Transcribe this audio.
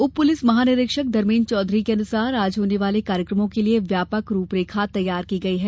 उप पुलिस महानिरीक्षक धर्मेन्द्र चौधरी के अनुसार आज होने वाले कार्यक्रमों के लिये व्यापक रूपरेखा तैयार की गयी है